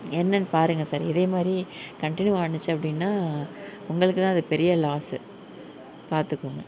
என்னன்னு பாருங்க சார் இதே மாதிரி கன்ட்னியூ ஆணுச்சி அப்படின்னா உங்களுக்கு தான் அது பெரிய லாஸ் பார்த்துக்கோங்க